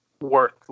worth